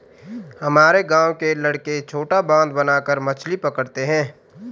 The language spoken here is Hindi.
हमारे गांव के लड़के छोटा बांध बनाकर मछली पकड़ते हैं